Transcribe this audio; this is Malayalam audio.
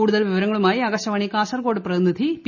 കൂടുതൽ വിവരങ്ങളുമായി ആകാശവാണി കാസർകോട് പ്രതിനിധി പി